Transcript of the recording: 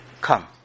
Come